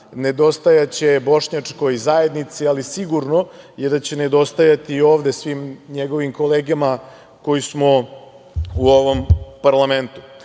nedostajaće bošnjačkoj zajednici, ali sigurno je da će nedostajati i ovde svim njegovim kolegama koji smo u ovom parlamentu.